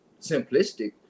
simplistic